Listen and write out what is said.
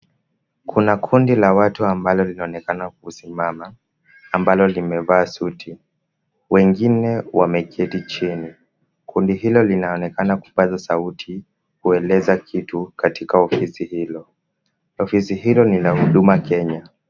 Kuna kundi la watu ambalo linaonekana kusimama, ambalo limevaa suti. Wengine wameketi chini. Kundi hilo linaonekana kupaza sauti, kueleza kitu katika ofisi hilo. Ofisi hilo ni la huduma Kenya.